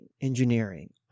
engineering